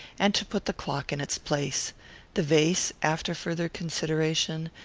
and to put the clock in its place the vase, after farther consideration,